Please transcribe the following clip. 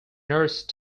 nurse